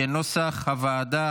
כנוסח הוועדה.